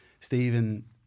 Stephen